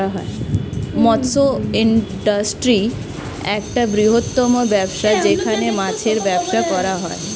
মৎস্য ইন্ডাস্ট্রি একটা বৃহত্তম ব্যবসা যেখানে মাছের ব্যবসা করা হয়